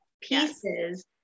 pieces